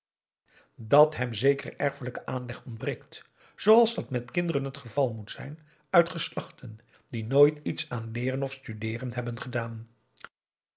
dat hem zekere erfelijke aanleg ontbreekt zooals dat met kinderen het geval moet zijn uit geslachten die nooit iets aan leeren of studeeren hebben gedaan